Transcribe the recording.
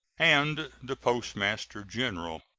and the postmaster-general.